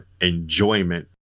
enjoyment